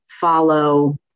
follow